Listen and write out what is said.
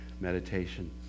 meditation